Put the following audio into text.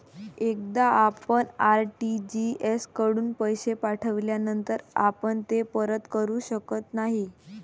एकदा आपण आर.टी.जी.एस कडून पैसे पाठविल्यानंतर आपण ते परत करू शकत नाही